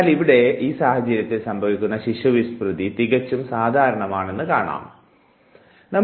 എന്നാലിവിടെ ഈ സാഹചര്യത്തിൽ സംഭവിക്കുന്ന ശിശു വിസ്മൃതി തികച്ചും സാധാരണമാണെന്ന് കണക്കാക്കപ്പെടുന്നു